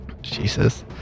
Jesus